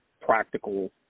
practical –